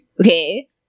Okay